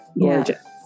gorgeous